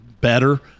better